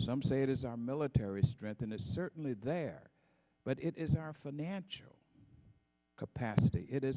some say it is our military strength and it's certainly there but it is our financial capacity it is